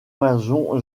mason